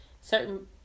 Certain